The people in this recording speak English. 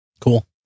Cool